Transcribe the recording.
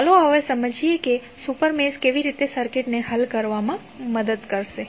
ચાલો હવે સમજીએ કે સુપર મેશ કેવી રીતે સર્કિટને હલ કરવામાં મદદ કરશે